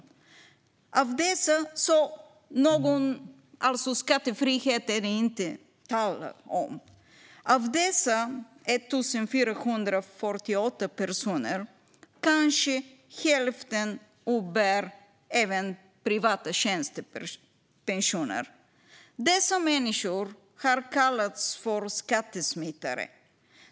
Någon skattefrihet är det alltså inte tal om. Av dessa 1 448 personer uppbär kanske hälften även privata tjänstepensioner. Dessa människor har kallats för skattesmitare.